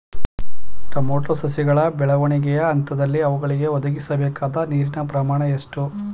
Tomato ಸಸಿಗಳ ಬೆಳವಣಿಗೆಯ ಹಂತದಲ್ಲಿ ಅವುಗಳಿಗೆ ಒದಗಿಸಲುಬೇಕಾದ ನೀರಿನ ಪ್ರಮಾಣ ಎಷ್ಟು?